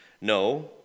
No